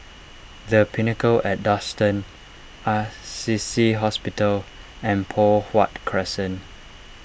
the Pinnacle at Duxton Assisi Hospital and Poh Huat Crescent